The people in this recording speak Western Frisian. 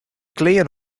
klean